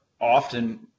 often